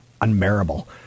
unbearable